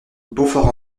beaufort